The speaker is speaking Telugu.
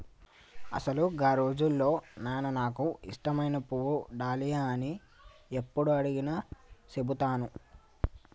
అసలు గా రోజుల్లో నాను నాకు ఇష్టమైన పువ్వు డాలియా అని యప్పుడు అడిగినా సెబుతాను